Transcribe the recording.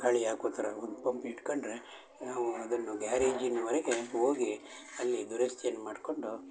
ಗಾಳಿ ಹಾಕೋ ಥರ ಒಂದು ಪಂಪ್ ಇಟ್ಕೊಂಡ್ರೆ ನಾವು ಅದನ್ನು ಗ್ಯಾರೇಜಿನವರೆಗೆ ಹೋಗಿ ಅಲ್ಲಿ ದುರಸ್ತಿಯನ್ನು ಮಾಡಿಕೊಂಡು